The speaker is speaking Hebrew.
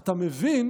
אתה מבין